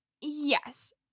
yes